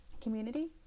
community